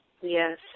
Yes